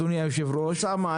אדוני היושב-ראש -- אוסאמה,